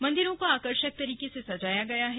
मंदिरों को आकर्षक तरीके से सजाया गया है